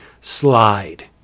slide